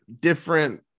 different